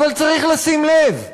אבל צריך לשים לב,